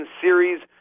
series